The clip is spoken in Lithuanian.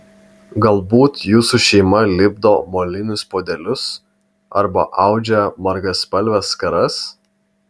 galbūt jūsų šeima lipdo molinius puodelius arba audžia margaspalves skaras